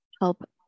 help